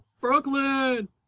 Brooklyn